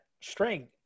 string